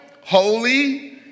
Holy